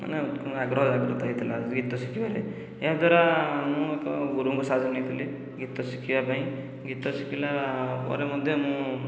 ମାନେ ଆଗ୍ରହ ଜାଗୃତ ହୋଇଥିଲା ଯେ ଗୀତ ଶିଖିବାରେ ଏହାଦ୍ଵାରା ମୁଁ ଏକ ଗୁରୁଙ୍କ ସାହାଯ୍ୟ ନେଇଥିଲି ଗୀତ ଶିଖିବା ପାଇଁ ଗୀତ ଶିଖିଲା ପରେ ମଧ୍ୟ ମୁଁ